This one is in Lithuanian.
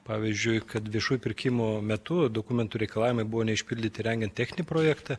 pavyzdžiui kad viešųjų pirkimų metu dokumentų reikalavimai buvo neišpildyti rengiant techninį projektą